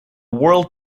world